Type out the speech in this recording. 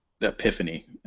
epiphany